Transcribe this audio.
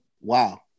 Wow